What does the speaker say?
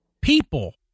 people